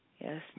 Yes